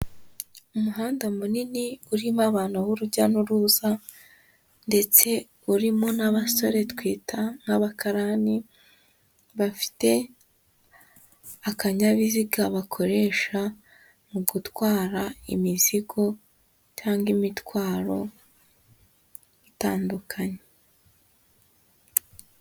Umuhanda munini urimo abantu b'urujya n'uruza ndetse urimo n'abasore twita nk'abakarani, bafite akanyabiziga bakoresha mu gutwara imizigo cyangwa imitwaro itandukanye.